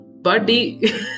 buddy